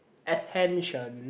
attention